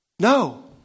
No